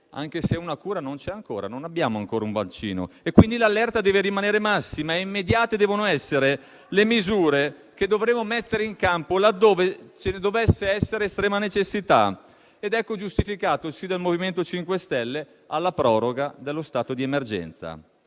anche se una cura non c'è ancora: non abbiamo ancora un vaccino e, quindi, l'allerta deve rimanere massima e immediate devono essere le misure che dovremo mettere in campo laddove ce ne dovesse essere estrema necessità. Ed ecco giustificato il sì del MoVimento 5 Stelle alla proroga dello stato di emergenza.